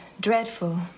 dreadful